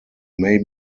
may